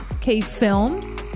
K-film